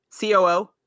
COO